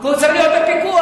הוא צריך להיות בפיקוח.